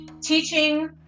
teaching